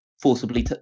forcibly